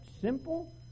simple